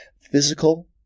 physical